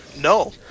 No